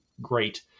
great